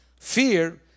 fear